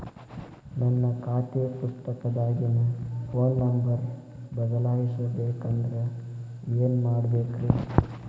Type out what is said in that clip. ನನ್ನ ಖಾತೆ ಪುಸ್ತಕದಾಗಿನ ಫೋನ್ ನಂಬರ್ ಬದಲಾಯಿಸ ಬೇಕಂದ್ರ ಏನ್ ಮಾಡ ಬೇಕ್ರಿ?